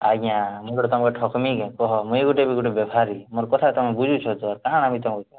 ଆଜ୍ଞା ମୁଁଇ ଗୋଟେ ତୁମକୁ ଠକ୍ମି କି କହ ମୁଇଁ ଗୋଟେ ଗୋଟେ ବେପାରୀ ମୋର୍ କଥା ତୁମେ ବୁଝୁଛ ତ କାଁ ଏମିତି ହେଉଛ